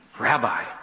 Rabbi